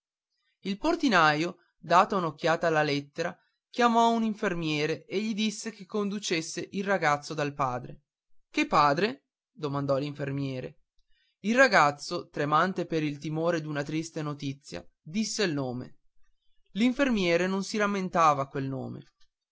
il portinaio data un'occhiata alla lettera chiamò un infermiere e gli disse che conducesse il ragazzo dal padre che padre domandò l'infermiere il ragazzo tremante per il timore d'una trista notizia disse il nome l'infermiere non si rammentava quel nome